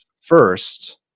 first